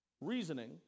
reasoning